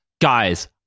guys